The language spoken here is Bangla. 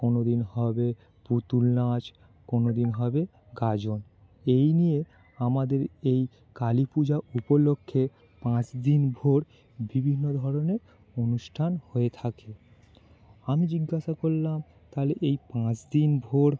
কোনো দিন হবে পুতুল নাচ কোনো দিন হবে গাজন এই নিয়ে আমাদের এই কালী পূজা উপলক্ষে পাঁচ দিনভর বিভিন্ন ধরনের অনুষ্ঠান হয়ে থাকে আমি জিজ্ঞাসা করলাম তাহলে এই পাঁচ দিনভর